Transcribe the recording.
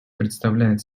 представляет